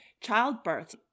childbirth